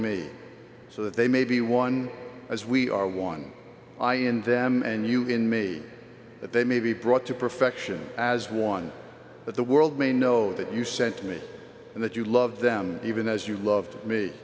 me so that they may be one as we are one i in them and you in me that they may be brought to perfection as one but the world may know that you sent to me and that you love them even as you loved me